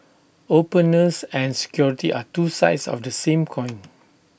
openness and security are two sides of the same coin